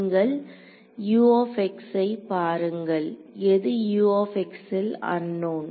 நீங்கள் பாருங்கள் எது ல் அன்னோன்